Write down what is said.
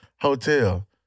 hotel